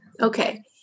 Okay